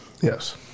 Yes